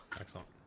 Excellent